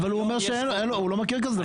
אבל הוא אומר שהוא לא מכיר דבר כזה.